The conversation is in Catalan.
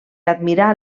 admirar